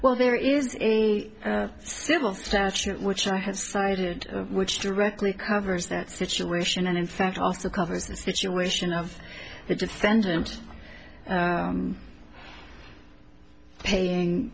well there is a civil statute which i have cited which directly covers that situation and in fact also covers the situation of the defendant paying